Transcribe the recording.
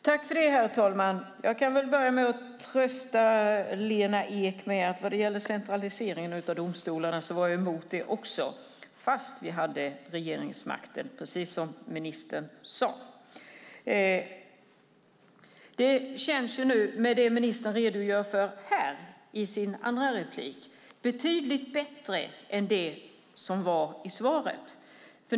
Herr talman! Jag kan börja med att trösta Lena Ek med att jag också var mot centraliseringen av domstolarna, fast vi hade regeringsmakten, precis som ministern sade. Det som ministern redogör för i sitt andra inlägg känns betydligt bättre än det som var i svaret.